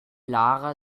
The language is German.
lara